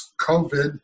COVID